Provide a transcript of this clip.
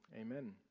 Amen